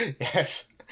Yes